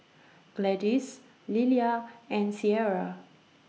Gladys Lilia and Sierra